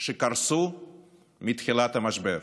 קרסו מתחילת המשבר,